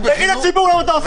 תגיד לציבור למה אתה עושה את זה.